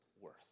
worth